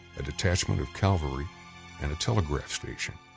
a detachment of cavalry and a telegraph station.